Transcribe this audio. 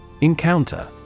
Encounter